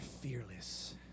fearless